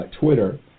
Twitter